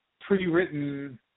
pre-written